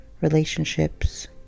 relationships